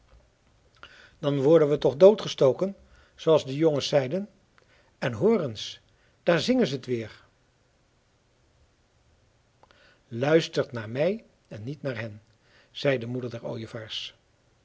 dan worden we toch doodgestoken zooals de jongens zeiden en hoor eens daar zingen ze het weer luistert naar mij en niet naar hen zei de moeder der ooievaars